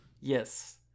Yes